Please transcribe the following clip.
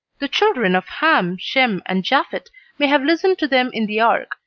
the children of ham, shem and japhet may have listened to them in the ark,